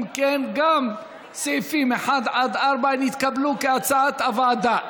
אם כן, גם סעיפים 1 4 נתקבלו כהצעת הוועדה.